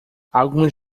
algumas